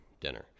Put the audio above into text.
dinner